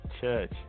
Church